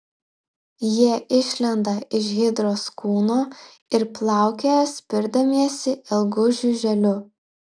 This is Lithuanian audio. jie išlenda iš hidros kūno ir plaukioja spirdamiesi ilgu žiuželiu